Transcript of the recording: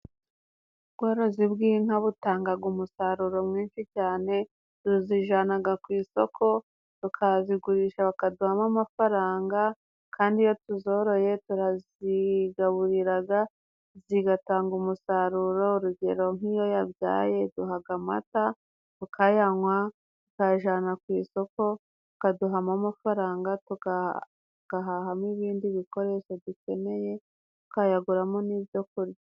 Ubworozi bw'inka butangaga umusaruro mwinshi cyane, tuzijanaga ku isoko tukazigurisha bakaduhamo amafaranga. Kandi iyo tuzoroye turazigaburiraga, zigatanga umusaruro, urugero nk'iyo yabyaye iduhaga amata tukayanywa, tukayajana ku isoko bakaduhamo amafaranga, tugahahamo ibindi bikoresho dukeneye, tukayaguramo n'ibyo kurya.